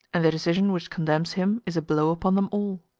and the decision which condemns him is a blow upon them all.